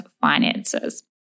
finances